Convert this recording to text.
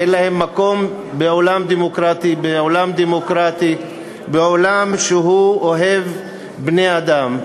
אין להם מקום בעולם דמוקרטי, בעולם שאוהב בני-אדם.